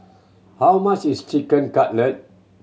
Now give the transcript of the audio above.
how much is Chicken Cutlet